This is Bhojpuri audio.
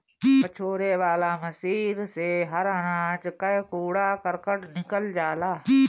पछोरे वाला मशीन से हर अनाज कअ कूड़ा करकट निकल जाला